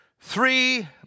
three